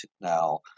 now